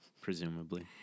presumably